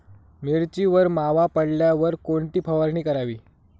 मिरचीवर मावा पडल्यावर कोणती फवारणी करावी?